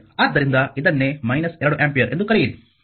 ಆದ್ದರಿಂದ ಇದನ್ನೇ 2 ಆಂಪಿಯರ್ ಎಂದು ಕರೆಯಿರಿ